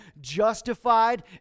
justified